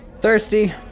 Thirsty